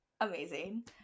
amazing